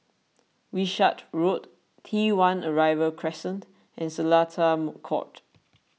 Wishart Road T one Arrival Crescent and Seletar Court